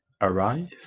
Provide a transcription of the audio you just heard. arrive